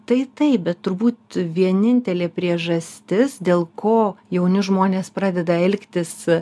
tai taip bet turbūt vienintelė priežastis dėl ko jauni žmonės pradeda elgtis